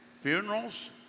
funerals